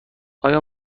آیا